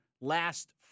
last